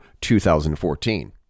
2014